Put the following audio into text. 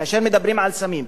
כאשר מדברים על סמים,